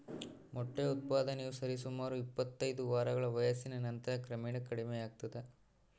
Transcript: ಮೊಟ್ಟೆ ಉತ್ಪಾದನೆಯು ಸರಿಸುಮಾರು ಇಪ್ಪತ್ತೈದು ವಾರಗಳ ವಯಸ್ಸಿನ ನಂತರ ಕ್ರಮೇಣ ಕಡಿಮೆಯಾಗ್ತದ